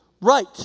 Right